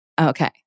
Okay